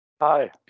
Hi